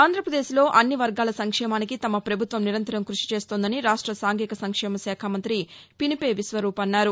ఆంధ్రప్రదేశ్లో అన్ని వర్గాల సంక్షేమానికి తమ ప్రభుత్వం నిరంతరం క్బషి చేస్తోందని రాష్ట సాంఘిక సంక్షేమ శాఖ మంత్రి పినిపే విశ్వరూప్ అన్నారు